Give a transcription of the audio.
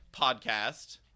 podcast